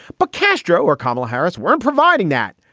but castro or kamala harris weren't providing that.